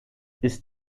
ist